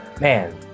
man